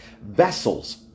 vessels